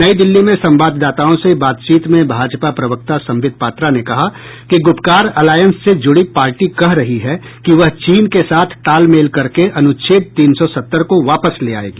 नई दिल्ली में संवाददाताओं से बातचीत में भाजपा प्रवक्ता संबित पात्रा ने कहा कि गूपकार अलायंस से ज़ुड़ी पार्टी कह रही है कि वह चीन के साथ तालमेल करके अनुच्छेद तीन सौ सत्तर को वापस ले आएगी